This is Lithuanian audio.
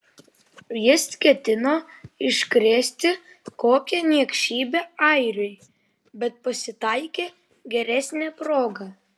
jis ketino iškrėsti kokią niekšybę airiui bet pasitaikė geresnė proga